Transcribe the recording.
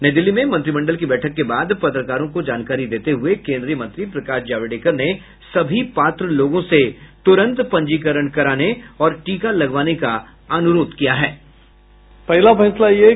नई दिल्ली में मंत्रिमंडल की बैठक के बाद पत्रकारों को जानकारी देते हुए केंद्रीय मंत्री प्रकाश जावड़ेकर ने सभी पात्र लोगों से तुरंत पंजीकरण कराने और टीका लगवाने का अनुरोध किया है